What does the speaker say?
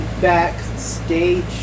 backstage